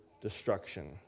destruction